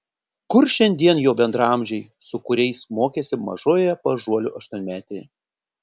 kur šiandien jo bendraamžiai su kuriais mokėsi mažoje paąžuolių aštuonmetėje